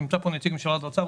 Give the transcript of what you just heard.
נמצא פה נציג משרד האוצר,